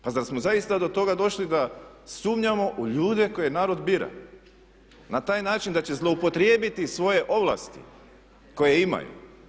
Pa zar smo zaista do toga došli da sumnjamo u ljude koje narod bira na taj način da će zloupotrijebiti svoje ovlasti koje imaju.